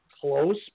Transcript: close